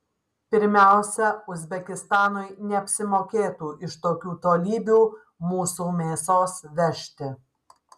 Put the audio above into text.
pirmiausia uzbekistanui neapsimokėtų iš tokių tolybių mūsų mėsos vežti